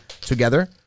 together